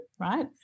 right